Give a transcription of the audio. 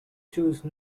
choose